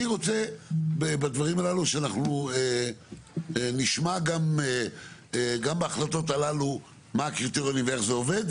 אני רוצה שאנחנו נשמע גם בהחלטות הללו מה הקריטריונים ואיך זה עובד,